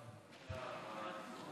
(פטור מתשלום